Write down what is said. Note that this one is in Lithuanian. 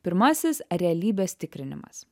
pirmasis realybės tikrinimas